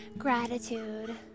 gratitude